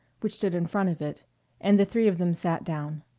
which stood in front of it, and the three of them sat down.